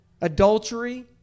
Adultery